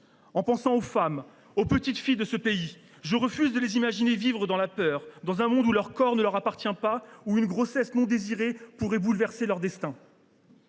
sœurs, aux femmes et aux petites filles de ce pays, je refuse de les imaginer vivre dans la peur, dans un monde où leur corps ne leur appartiendrait pas, où une grossesse non désirée pourrait bouleverser leur destin.